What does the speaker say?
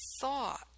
thought